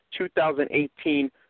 2018